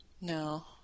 No